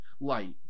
light